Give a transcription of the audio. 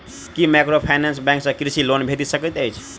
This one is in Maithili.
की माइक्रोफाइनेंस बैंक सँ कृषि लोन भेटि सकैत अछि?